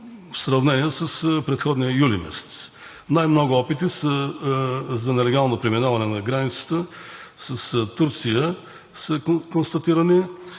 в сравнение с предходния юли месец. Най-много опити за нелегално преминаване са констатирани